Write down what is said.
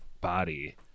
body